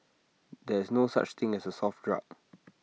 there is no such thing as A soft drug